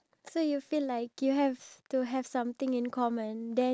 precise and so that I can understand them better